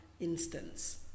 instance